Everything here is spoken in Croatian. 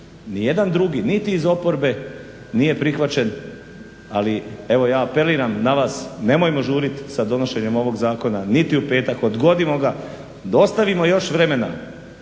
Ni jedan drugi niti iz oporbe nije prihvaćen ali evo ja apeliram na vas nemojmo žuriti sa donošenjem ovog zakona niti u petak, odgodimo ga ostavimo još vremena